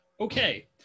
Okay